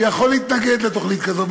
שיכול להתנגד לתוכנית כזאת,